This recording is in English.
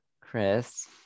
Chris